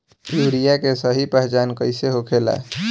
Urea के सही पहचान कईसे होखेला?